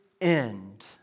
end